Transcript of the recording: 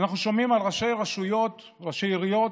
אנחנו שומעים על ראשי רשויות, ראשי עיריות,